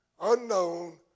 unknown